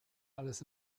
alles